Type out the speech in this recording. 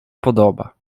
podoba